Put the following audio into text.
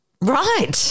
right